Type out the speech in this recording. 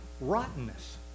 rottenness